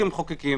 כמחוקקים